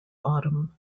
autumn